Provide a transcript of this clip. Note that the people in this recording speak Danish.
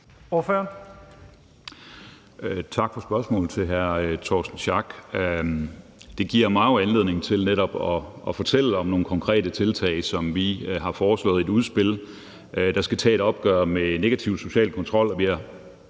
(DD): Tak for spørgsmålet, hr. Torsten Schack Pedersen. Det giver mig jo anledning til netop at fortælle om nogle konkrete tiltag, som vi har foreslået i et udspil, og som skal tage et opgør med negativ social kontrol.